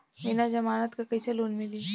बिना जमानत क कइसे लोन मिली?